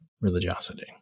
religiosity